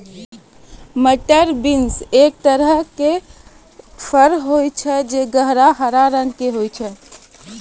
मटर बींस एक तरहो के फर छै जे गहरा हरा रंगो के होय छै